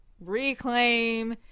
reclaim